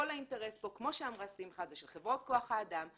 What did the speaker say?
כל האינטרס פה כמו שאמרה שמחה זה של חברות כח האדם,